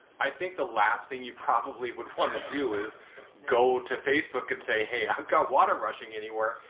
i think the last thing you probably would want to do is go to facebook and say, hey, i've got water rushing anywhere.